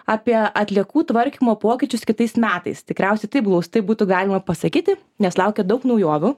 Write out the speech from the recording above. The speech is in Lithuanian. apie atliekų tvarkymo pokyčius kitais metais tikriausia taip glaustai būtų galima pasakyti nes laukia daug naujovių